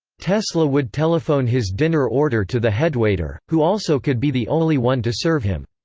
tesla would telephone his dinner order to the headwaiter, who also could be the only one to serve him.